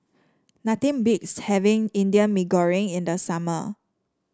nothing beats having Indian Mee Goreng in the summer